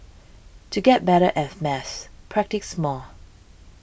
to get better as maths practise more